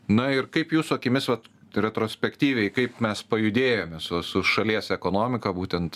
na ir kaip jūsų akimis vat retrospektyviai kaip mes pajudėjome su su šalies ekonomika būtent